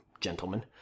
gentlemen